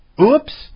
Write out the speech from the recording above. Oops